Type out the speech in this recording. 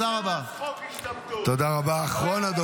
זה חוק השתמטות פר אקסלנס.